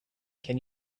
can